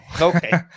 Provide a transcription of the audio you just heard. Okay